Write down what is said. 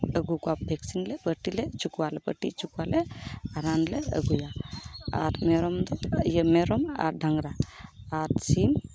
ᱟᱹᱜᱩ ᱠᱚᱣᱟ ᱵᱷᱮᱠᱥᱤᱱ ᱞᱮ ᱯᱟᱴᱤ ᱦᱚᱪᱚ ᱠᱚᱣᱟ ᱯᱟᱹᱴᱤ ᱦᱚᱪᱚ ᱠᱚᱣᱟ ᱟᱨ ᱨᱟᱱ ᱞᱮ ᱟᱜᱩᱭᱟ ᱟᱨ ᱢᱮᱨᱚᱢ ᱤᱭᱟᱹ ᱢᱮᱨᱚᱢ ᱟᱨ ᱰᱟᱝᱨᱟ ᱟᱨ ᱥᱤᱢ